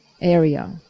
area